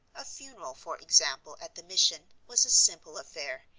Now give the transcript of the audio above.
a funeral, for example, at the mission, was a simple affair,